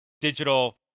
digital